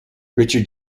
richard